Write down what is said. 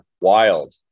wild